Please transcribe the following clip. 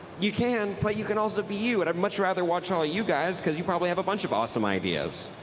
you can, but you can also be you. and i would rather watch ah ah you guys because you probably have a bunch of awesome ideas.